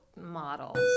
models